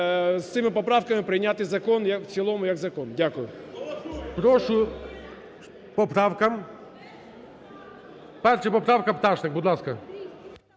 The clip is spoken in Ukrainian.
з цими поправками прийняти закон в цілому як закон. Дякую. ГОЛОВУЮЧИЙ. Прошу по правкам. 1-а поправка. Пташник, будь ласка.